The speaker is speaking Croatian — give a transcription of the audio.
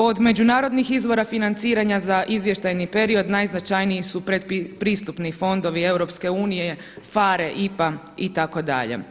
Od međunarodnih izvora financiranja za izvještajni period najznačajniji su predpristupni fondovi EU PFARE, IPA itd.